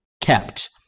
kept